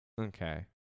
Okay